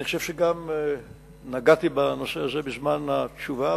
אני חושב שגם נגעתי בנושא הזה בזמן התשובה,